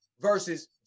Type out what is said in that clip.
versus